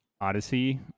Odyssey